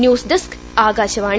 news desk Akashvani